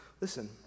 listen